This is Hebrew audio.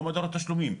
לא מדור התשלומים,